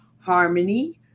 Harmony